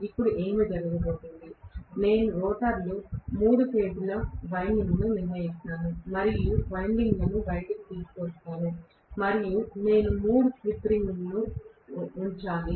ఇప్పుడు ఏమి జరగబోతోంది నేను రోటర్లో మూడు ఫేజ్ ల వైండింగ్ నిర్ణయిస్తాను మరియు వైండింగ్లను బయటకు తీసుకువస్తాను మరియు నేను 3 స్లిప్ రింగులను ఉంచాలి